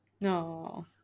No